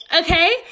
Okay